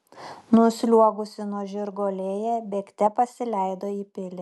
nusliuogusi nuo žirgo lėja bėgte pasileido į pilį